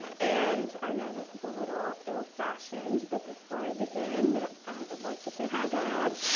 um and i know this is a little ill-fashioned, but before i begin i would like to say, hi, dad.